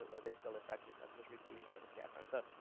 are they still effective, i'm just repeating for the camera so.